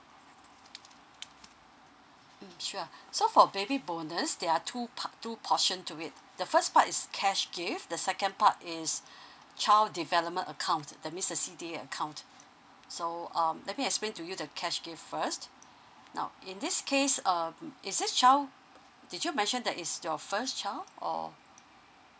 mm sure so for baby bonus there are two part two portion to it the first part is cash gift the second part is child development account that means the C_D_A account so um let me explain to you the cash gift first now in this case um is this child did you mention that is your first child or